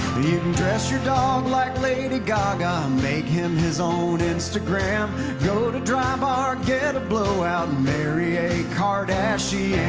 you can dress your dog like lady gaga make him his own instagram go to drybar get a blowout marry a kardashian